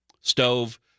stove